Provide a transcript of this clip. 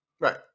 Right